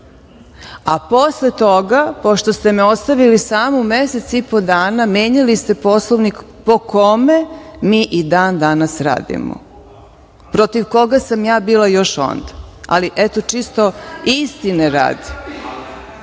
a posle toga, pošto ste me ostavili samu mesec i po dana, menjali ste Poslovnik po kome mi i dan danas radimo, a protiv koga sam ja bila još onda, ali eto čisto istine